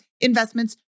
investments